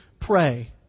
pray